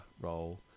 role